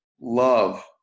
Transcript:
love